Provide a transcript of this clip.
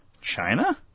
China